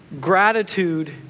Gratitude